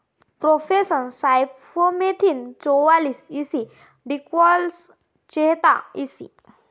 profenofos cypermethrin चौवालीस E C dichlorvos चेहतार EC